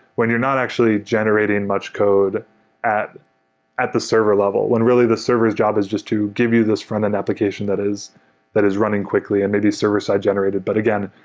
when you're not actually generating much code at at the server level, when really the server's job is just to give you this frontend application that is that is running quickly and maybe server-side generated, but again,